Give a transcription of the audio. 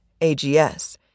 AGS